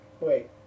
Wait